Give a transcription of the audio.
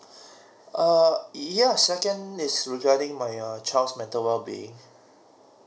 err yes second is regarding my err child's mental wellbeing